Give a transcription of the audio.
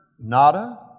nada